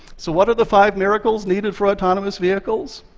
so what are the five miracles needed for autonomous vehicles?